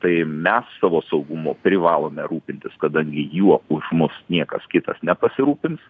tai mes savo saugumu privalome rūpintis kadangi juo už mus niekas kitas nepasirūpins